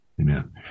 Amen